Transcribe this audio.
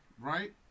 right